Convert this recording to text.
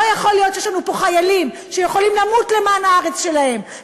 לא יכול להיות שיש לנו פה חיילים שיכולים למות למען הארץ שלהם,